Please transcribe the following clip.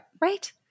Right